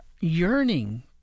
yearning